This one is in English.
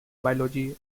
biology